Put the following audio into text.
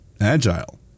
agile